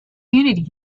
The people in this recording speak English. community